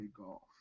golf